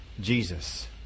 Jesus